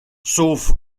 sauf